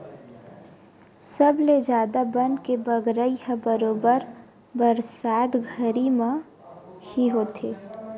सबले जादा बन के बगरई ह बरोबर बरसात घरी म ही होथे